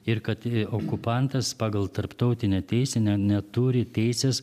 ir kad okupantas pagal tarptautinę teisinę ne neturi teisės